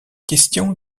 question